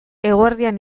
eguerdian